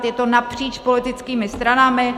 Je to napříč politickými stranami.